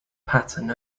pattern